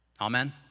Amen